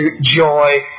joy